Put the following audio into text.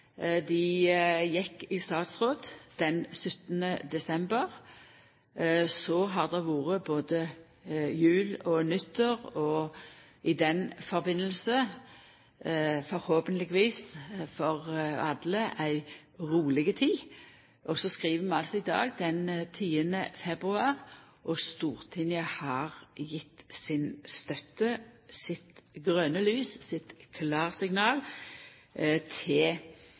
Dei gjekk i statsråd den 17. desember. Så har det vore både jul og nyttår og i samband med det forhåpentlegvis for alle ei roleg tid. Så skriv vi altså i dag den 10. februar, og Stortinget har gjeve si støtte, sitt grøne lys, sitt klarsignal, til